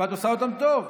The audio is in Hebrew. ואת עושה אותם טוב.